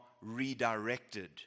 redirected